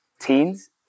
teens